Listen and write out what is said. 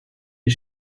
les